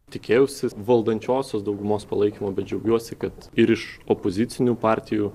tikėjausi valdančiosios daugumos palaikymo bet džiaugiuosi kad ir iš opozicinių partijų